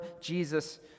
Jesus